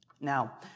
Now